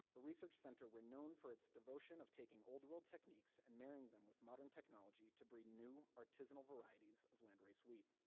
a research center renowned for its devotion of taking old world techniques, and marrying them with modern technology to breed new, artisanal varieties of landrace wheat.